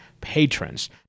patrons